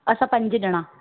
असां पंज ॼणा